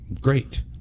Great